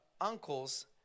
uncles